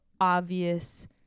obvious